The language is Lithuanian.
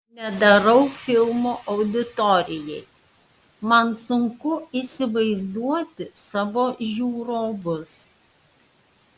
nedarau filmų auditorijai man sunku įsivaizduoti savo žiūrovus